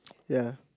ya